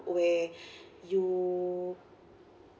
where you